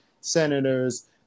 senators